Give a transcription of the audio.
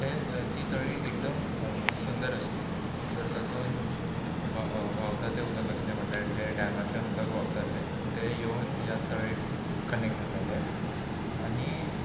ते ती तळी एकदम सुंदर आसली तर तातून व्हाव व्हांवता तें उदक आसलें म्हणजें जें डेमांतल्यान उदक व्हांवतालें तें येवन ह्या तळयेक कनेक्ट जातालें आनी